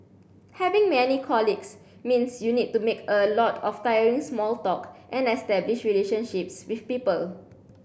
having many colleagues means you need to make a lot of tiring small talk and establish relationships with people